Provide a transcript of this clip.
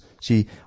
See